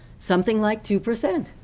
something like two percent.